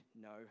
no